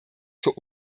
zur